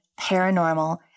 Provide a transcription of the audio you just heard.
Paranormal